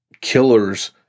killers